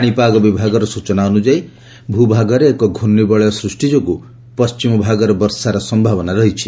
ପାଣିପାଗ ବିଭାଗର କହିବା ଅନୁଯାୟୀ ଭୂଭାଗରେ ଏକ ଘୂର୍ଣ୍ଣବଳୟ ସୃଷ୍ଟି ଯୋଗୁଁ ପଶ୍ଚିମଭାଗରେ ବର୍ଷାର ସମ୍ଭାବନା ରହିଛି